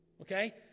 Okay